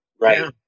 Right